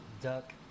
duck